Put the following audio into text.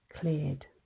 cleared